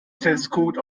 teleskop